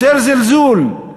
יותר זלזול.